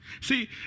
see